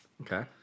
Okay